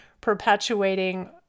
perpetuating